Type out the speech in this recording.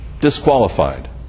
Disqualified